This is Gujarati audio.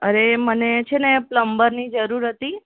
અરે મને છે ને પ્લમ્બરની જરુરુ હતી